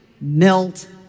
melt